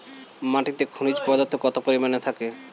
মাটিতে খনিজ পদার্থ কত পরিমাণে থাকে?